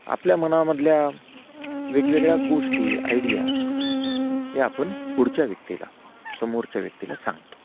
आपल्या मनामधल्या वेगवेगळ्या गोष्टी आयडिया हे आपण पुढच्या व्यक्तीला समोरच्या व्यक्तीला सांगतो